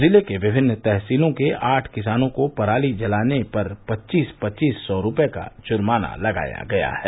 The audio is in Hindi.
जिले की विभिन्न तहसीलों के आठ किसानों को पराली जलाने पर पच्चीस पच्चीस सौ रूपये का जुर्माना लगाया गया है